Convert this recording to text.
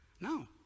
No